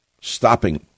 stopping